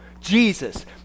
Jesus